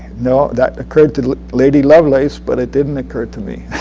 no, that occurred to lady lovelace, but it didn't occur to me.